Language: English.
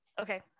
okay